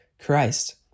Christ